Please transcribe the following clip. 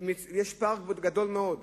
יש פער גדול מאוד.